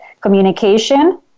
communication